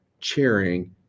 cheering